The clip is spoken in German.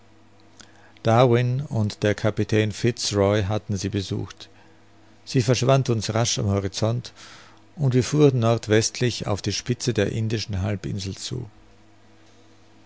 darwin und der kapitän fitz roy hatten sie besucht sie verschwand uns rasch am horizont und wir fuhren nordwestlich auf die spitze der indischen halbinsel zu